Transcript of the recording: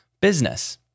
business